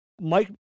Mike